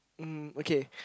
um okay